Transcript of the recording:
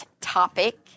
topic